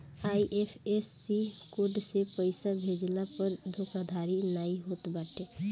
IFSC code से पइसा भेजला पअ धोखाधड़ी नाइ होत बाटे